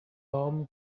tom